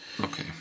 okay